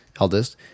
eldest